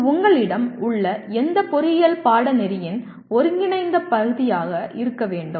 இது உங்களிடம் உள்ள எந்த பொறியியல் பாடநெறியின் ஒருங்கிணைந்த பகுதியாக இருக்க வேண்டும்